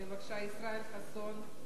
ישראל חסון,